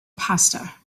pasta